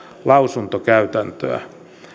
lausuntokäytäntöä